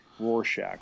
Rorschach